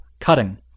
cutting